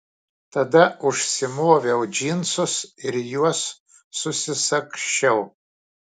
tada užsimoviau džinsus ir juos susisagsčiau